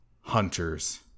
hunters